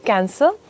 Cancer